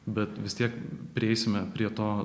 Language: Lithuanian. bet vis tiek prieisime prie to